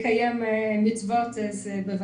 לקיים מצוות, אז בבקשה.